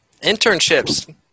Internships